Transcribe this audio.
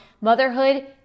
motherhood